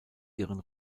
ihren